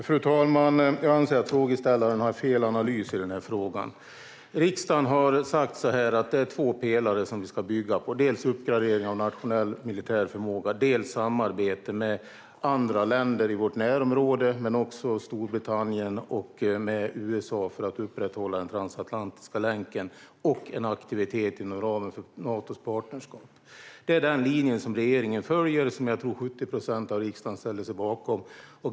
Herr talman! Jag anser att frågeställaren har fel analys. Riksdagen har sagt att vi ska bygga på två pelare, dels uppgradering av nationell militär förmåga, dels samarbete med länder i vårt närområde, med Storbritannien och med USA för att upprätthålla den transatlantiska länken och en aktivitet inom ramen för Natos partnerskap. Det är denna linje regeringen följer och som jag tror att 70 procent av riksdagen ställer sig bakom.